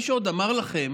מי שעוד אמר לכם